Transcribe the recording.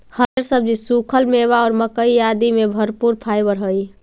हरिअर सब्जि, सूखल मेवा और मक्कइ आदि में भरपूर फाइवर हई